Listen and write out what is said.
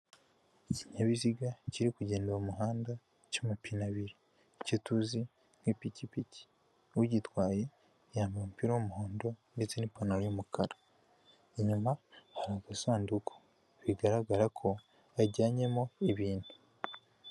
Ikinyabiziga kiri kugenda mu muhanda cy'amapine abiri cyo tuzi nk'ipikipiki, ugitwaye yambaye umupira w'umuhondo ndetse n'ipantaro y'umukara inyuma hari agasanduku bigaragara ko yajyanyemo ibintu.